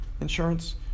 insurance